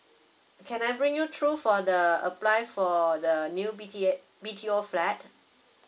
can I bring you through for the apply for the new B_T_A~ B_T_O flat